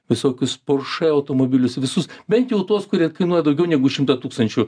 visokius porsche automobilius visus bent jau tuos kurie kainuoja daugiau negu šimtą tūkstančių